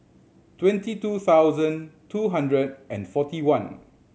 twenty two thousand two hundred and forty one